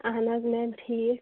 اہن حظ میم ٹھیٖک